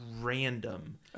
random